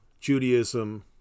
judaism